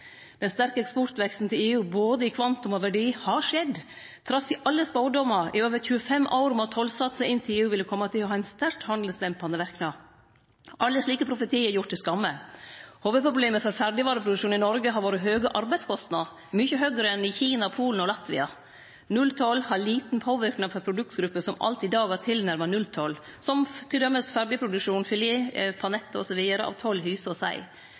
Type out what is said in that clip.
Den sterke eksportveksten til EU, i både kvantum og verdi, har skjedd trass i alle spådomar i over 25 år om at tollsatsar inn til EU ville kome til å ha ein sterk handelsdempande verknad. Alle slike profetiar er gjorde til skamme. Hovudproblemet for ferdigvareproduksjon i Noreg har vore høge arbeidskostnadar, mykje høgare enn i Kina, Polen og Latvia. Nulltoll har liten påverknad på produktgrupper som alt i dag har tilnærma nulltoll, som t.d. ferdigproduksjon – filet, panett osv. av torsk, hyse og sei.